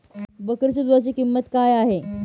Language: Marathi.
बकरीच्या दूधाची किंमत काय आहे?